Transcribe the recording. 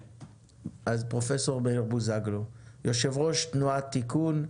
פרופ' מאיר בוזגלו, יושב-ראש תנועת תיקון,